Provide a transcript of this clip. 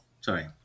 Sorry